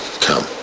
come